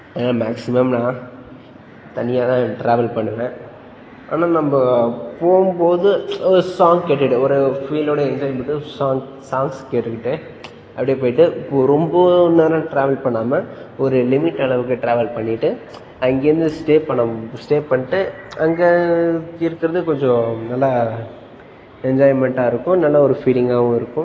ஏன்னால் மேக்ஸிமம் நான் தனியாக தான் ட்ராவல் பண்ணுவேன் ஆனால் நம்ம போகும் போது ஒரு சாங் கேட்டுவிட்டு ஒரு ஃபீலோடு என்ஜாய்மென்டு சாங் சாங்ஸ் கேட்டுக்கிட்டு அப்படியே போய்விட்டு இப்போது ரொம்ப நேரம் ட்ராவல் பண்ணாமல் ஒரு லிமிட் அளவுக்கு ட்ராவல் பண்ணிவிட்டு அங்கேருந்து ஸ்டே பண்ணும் ஸ்டே பண்ணிட்டு அங்கே இருக்கிறது கொஞ்சம் நல்லா என்ஜாய்மெண்டாக இருக்கும் நல்ல ஒரு ஃபீலிங்காகவும் இருக்கும்